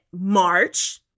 March